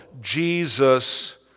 Jesus